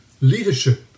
leadership